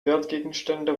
wertgegenstände